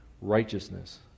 righteousness